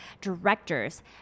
directors